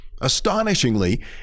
Astonishingly